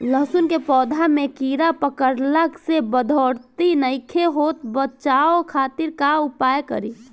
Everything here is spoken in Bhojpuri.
लहसुन के पौधा में कीड़ा पकड़ला से बढ़ोतरी नईखे होत बचाव खातिर का उपाय करी?